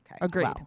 Agreed